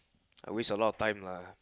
I waste a lot of time lah